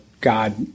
God